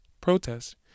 protest